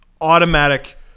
automatic